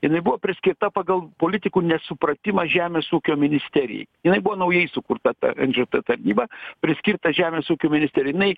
jinai buvo priskirta pagal politikų nesupratimą žemės ūkio ministerijai jinai buvo naujai sukurta ta nžt tarnyba priskirta žemės ūkio ministerijai jinai